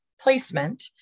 placement